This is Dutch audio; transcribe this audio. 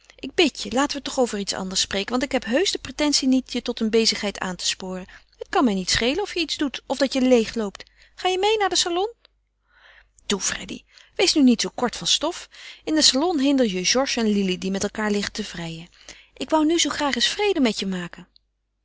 ik bid je laten we toch over iets anders spreken want ik heb heusch de pretentie niet je tot een bezigheid aan te sporen het kan mij niet schelen of je iets doet of dat je leêg loopt ga je mee naar den salon toe freddy wees nu niet zoo kort van stof in den salon hinder je georges en lili die met elkaâr liggen te vrijen ik wou nu zoo graag eens vrede met je maken